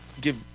give